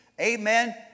amen